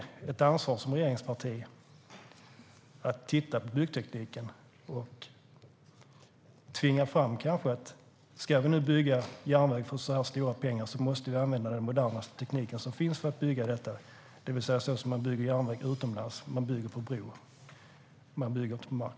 Ni har ett ansvar som regeringsparti att titta på byggtekniken och kanske tvinga fram det, Lars Mejern Larsson. Ska vi nu bygga järnväg för så stora summor pengar måste vi använda den modernaste tekniken som finns för att bygga detta. Det är så som man bygger järnväg utomlands, där man bygger på bro och inte längre på mark.